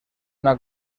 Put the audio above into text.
una